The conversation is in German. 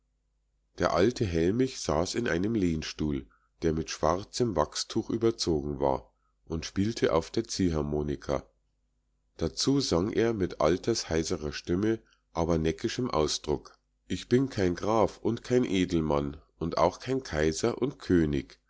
der alte hellmich saß in einem lehnstuhl der mit schwarzem wachstuch überzogen war und spielte auf der ziehharmonika dazu sang er mit altersheiserer stimme aber neckischem ausdruck ich bin kein graf und kein edelmann und auch kein kaiser und könig